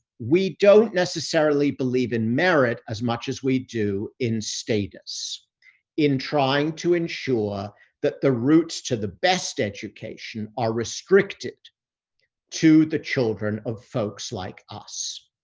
we don't necessarily believe in merit as much as we do in status in trying to ensure that the routes to the best education are restricted to the children of folks like us.